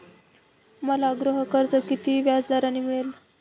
मला गृहकर्ज किती व्याजदराने मिळेल?